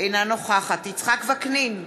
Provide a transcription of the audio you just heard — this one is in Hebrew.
אינה נוכחת יצחק וקנין,